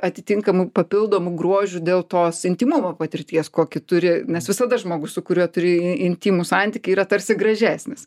atitinkamu papildomu grožiu dėl tos intymumo patirties kokį turi nes visada žmogus su kuriuo turi intymų santykį yra tarsi gražesnis